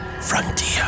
Frontier